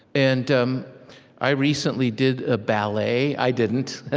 and um i recently did a ballet i didn't.